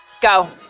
Go